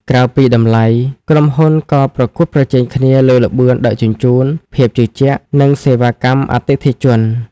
ក្រៅពីតម្លៃ ក្រុមហ៊ុនក៏ប្រកួតប្រជែងគ្នាលើល្បឿនដឹកជញ្ជូន ភាពជឿជាក់ និងសេវាកម្មអតិថិជន។